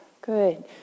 Good